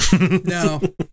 No